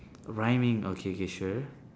rhyming okay K sure